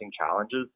challenges